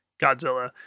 Godzilla